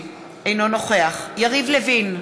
אינו נוכח יריב לוין,